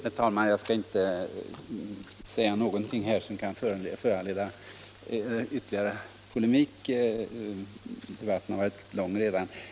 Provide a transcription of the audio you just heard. Herr talman! Jag skall inte säga någonting som kan föranleda någon ytterligare polemik; debatten har redan varit lång.